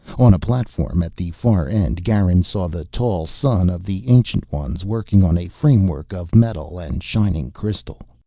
on a platform at the far end, garin saw the tall son of the ancient ones working on a framework of metal and shining crystal.